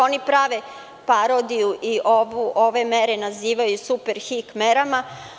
Oni prave parodiju i ove mere nazivaju super-hik merama.